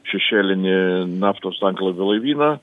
šešėlinį naftos tanklaivių laivyną